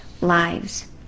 lives